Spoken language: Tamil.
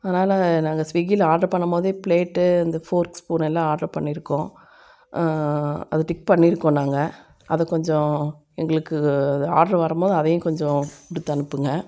அதனால் நாங்கள் ஸ்விகியில ஆர்ட்ரு பண்ணம்போதே பிளேட்டு இந்த ஃபோர்க் ஸ்பூன்னு எல்லா ஆர்ட்ரு பண்ணி இருக்கோம் அதை டிக் பண்ணி இருக்கோம் நாங்கள் அதை கொஞ்சம் எங்களுக்கு அதை ஆர்ட்ரு வரம்போது அதையும் கொஞ்சம் கொடுத்து அனுப்புங்க